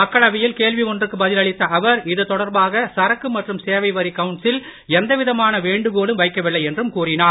மக்களவையில் கேள்வி ஒன்றுக்கு பதில் அளித்த அவர் இதுதொடர்பாக சரக்கு மற்றும் சேவை வரி கவுன்சில் எந்தவிதமான வேண்டுகோள் வைக்க வில்லை என்றும் கூறினார்